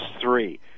three